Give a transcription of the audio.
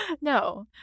no